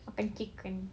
kentang chicken